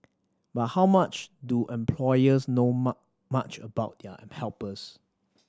but how much do employers know much about their am helpers